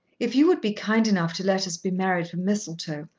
if you would be kind enough to let us be married from mistletoe,